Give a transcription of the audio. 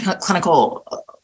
clinical